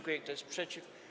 Kto jest przeciw?